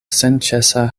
senĉesa